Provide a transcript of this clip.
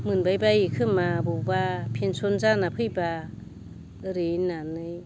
मोनबायबायो खोमा बबावबा पेन्सन जाना फैबा ओरै होननानै